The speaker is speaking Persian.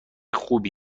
خوبی